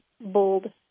bold